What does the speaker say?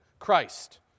Christ